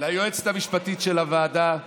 ליועצת המשפטית של הוועדה גב'